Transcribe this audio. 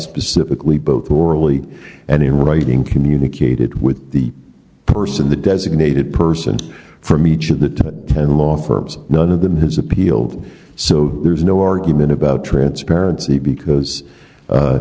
specifically both orally and in writing communicated with the person the designated person from each of the and law firms none of them has appealed so there's no argument about transparency because